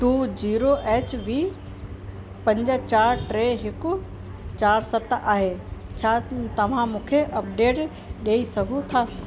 two zero एचवी पंज चारि टे हिकु चारि सत आहे छा तव्हां मूंखे अपडेट ॾई सघो था